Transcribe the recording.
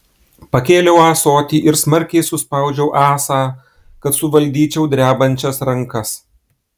pakėliau ąsotį ir smarkiai suspaudžiau ąsą kad suvaldyčiau drebančias rankas